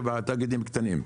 שבעה תאגידים קטנים.